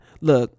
Look